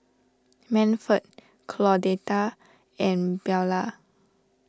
Manford Claudette and Bella